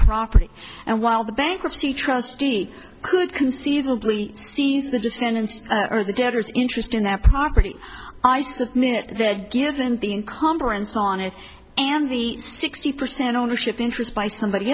property and while the bankruptcy trustee could conceivably seize the defendants or the debtors interest in that property i submit that given the incumbrance on it and the sixty percent ownership interest by somebody